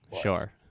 Sure